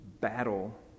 battle